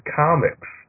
comics